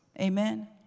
Amen